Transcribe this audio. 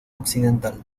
occidental